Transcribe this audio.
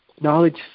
knowledge